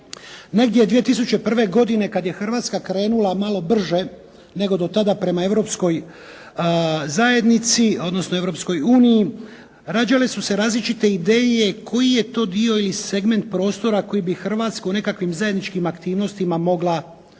Negdje 2001. godine kad je Hrvatska krenula malo brže, nego do tada prema Europskoj zajednici, odnosno Europskoj uniji rađale su se različite ideje koji je to dio ili segment prostora koji bi Hrvatska u nekakvim zajedničkim aktivnostima mogla zauzeti.